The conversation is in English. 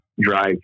drive